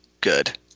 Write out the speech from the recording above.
good